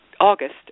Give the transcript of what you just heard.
August